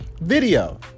video